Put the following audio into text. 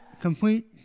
Complete